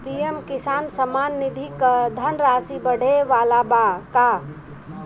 PM Kisan Samman Nidhi क धनराशि बढ़े वाला बा का?